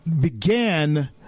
began